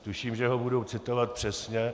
Tuším, že ho budu citovat přesně: